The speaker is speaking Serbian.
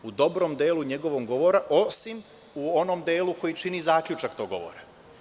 U dobrom delu njegovog govora, osim u onom delu koji čini zaključak njegovog govora.